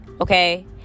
Okay